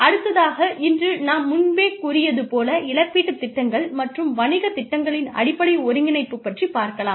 அடுத்ததாக இன்று நாம் முன்பே கூறியது போல இழப்பீட்டுத் திட்டங்கள் மற்றும் வணிகத் திட்டங்களின் அடிப்படை ஒருங்கிணைப்பு பற்றி பார்க்கலாம்